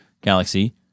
galaxy